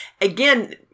again